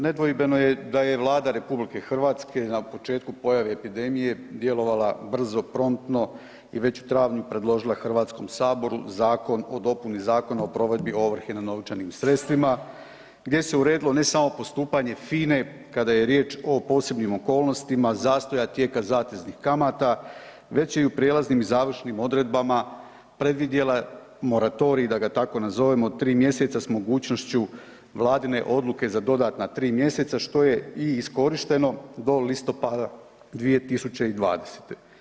Nedvojbeno je da je Vlada RH na početku pojave epidemije djelovala brzo, promptno i već u travnju predložila Hrvatskom saboru zakon o dopuni Zakona o provedbi ovrhe na novčanim sredstvima gdje se uredilo ne samo postupanje FINA-e kada je riječ o posebnim okolnostima zastojima tijeka zateznih kamata već i u prijelaznim i završnim odredbama predvidjela moratorij da ga tako nazovemo tri mjeseca s mogućnošću Vladine odluke za dodatna tri mjeseca, što je i iskorišteno do listopada 2020.